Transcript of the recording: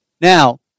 Now